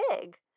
big